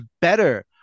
better